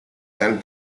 san